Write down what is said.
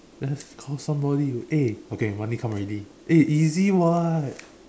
let's call somebody with eh okay your money come already eh easy [what]